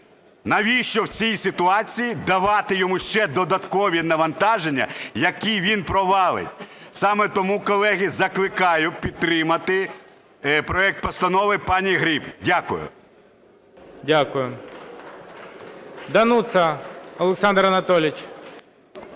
Навіщо в цій ситуації давати йому ще додаткові навантаження, які він провалить? Саме тому, колеги, закликаю підтримати проект постанови пані Гриб. Дякую. ГОЛОВУЮЧИЙ. Дякую. Дануца Олександр Анатолійович.